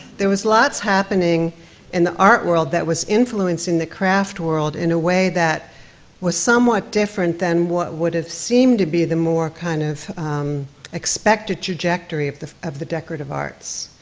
there was lots happening in the art world that was influencing the craft world in a way that was somewhat different than what would have seemed to be the more kind of expected trajectory of the of the decorative arts,